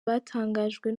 batangajwe